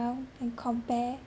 and compare